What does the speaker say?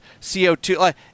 CO2